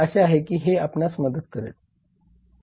मला आशा आहे की हे मदत करेल